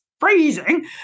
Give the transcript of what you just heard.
freezing